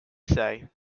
say